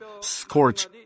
scorch